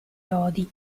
lodi